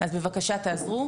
אז שבבקשה נעזור,